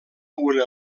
una